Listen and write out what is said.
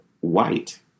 white